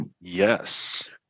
Yes